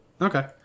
Okay